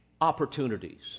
opportunities